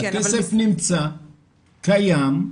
הכסף נמצא, קיים,